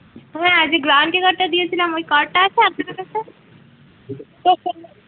হ্যাঁ যে গ্যারান্টি কার্ডটা দিয়েছিলাম ওই কার্ডটা আছে আপনার কাছে